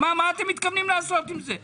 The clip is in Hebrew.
מה אתם מתכוונים לעשות עם זה?